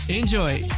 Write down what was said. Enjoy